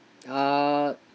uh